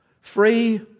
Free